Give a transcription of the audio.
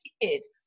kids